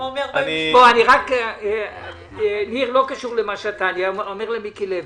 אני רק אומר למיקי לוי: